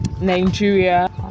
Nigeria